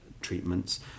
treatments